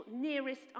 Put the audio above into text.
nearest